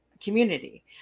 community